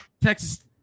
Texas